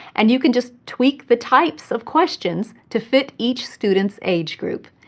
and you can just tweak the types of questions to fit each student's age group.